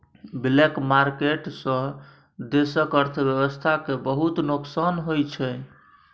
black market सँ देशक अर्थव्यवस्था केँ बहुत नोकसान पहुँचै छै